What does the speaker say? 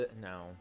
No